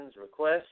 requests